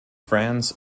france